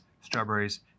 strawberries